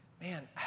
Man